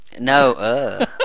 no